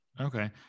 Okay